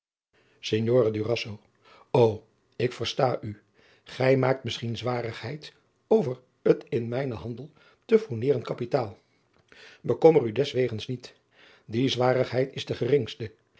o ik versta u gij maakt misschien zwarigheid over het in mijnen handel te fourneren kapitaal bekommer u deswegens niet die zwarigheid is de geringste